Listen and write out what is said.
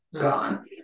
gone